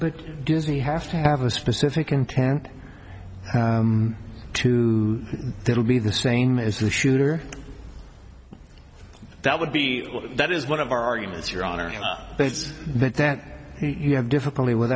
but does he have to have a specific intent to there will be the same as the shooter that would be that is one of our arguments your honor that that you have difficulty with